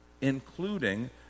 including